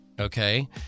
okay